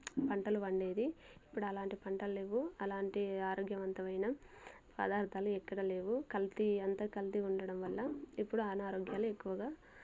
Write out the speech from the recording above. పంటలు పండేది ఇప్పుడలాంటి పంటలు ల్లేవు అలాంటి ఆరోగ్యవంతమైన పదార్థాలు ఎక్కడా లేవు కల్తీ అంతా కల్తీ ఉండడం వల్ల ఇప్పుడు అనారోగ్యాలు ఎక్కువగా